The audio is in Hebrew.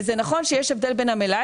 וזה נכון שיש הבדל בין המלאי,